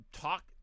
talk